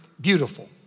beautiful